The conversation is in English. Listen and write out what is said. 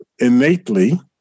Innately